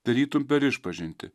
tarytum per išpažintį